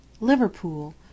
Liverpool